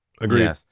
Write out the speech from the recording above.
Agreed